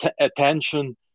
attention